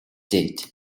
did